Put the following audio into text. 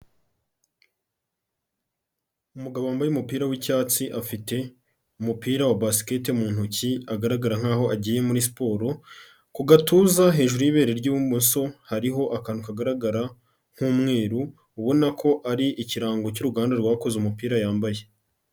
Umugabo wambaye umupira w'icyatsi, afite umupira wa basket mu ntoki, agaragara nk'aho agiye muri siporo, ku gatuza hejuru y'ibere ry'ibumoso, hariho akantu kagaragara nk'umweruru, ubona ko ari ikirango cy'uruganda rwakoze umupira yambaye.